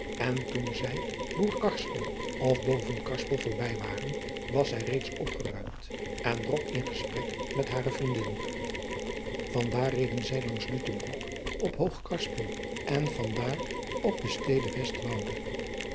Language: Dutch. en toen zij boekarspel of bovenkarspel voorbij waren was zij reeds opgeruimd en drok in gesprek met hare vriendin van daar reden zij langs lutjebroek op hoogkarspel en van daar op de